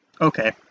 Okay